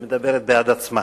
היא מדברת בעד עצמה.